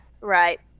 Right